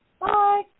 Bye